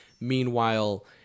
meanwhile